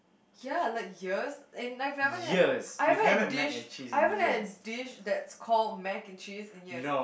ya like years in like forever didn't had I haven't had a dish I haven't a dish that's called Mac and Cheese in years